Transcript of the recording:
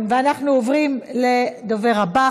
אנחנו עוברים לדובר הבא.